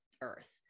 earth